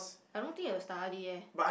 I don't think they will study eh